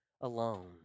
alone